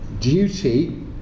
duty